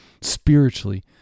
spiritually